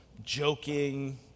Joking